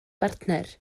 bartner